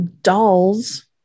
dolls